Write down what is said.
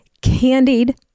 Candied